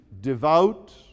devout